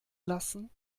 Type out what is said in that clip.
lassen